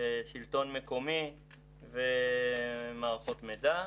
ביקורת שלטון מקומי וביקורת על מערכות מידע.